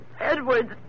Edwards